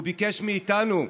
הוא ביקש מאיתנו,